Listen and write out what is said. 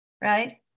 right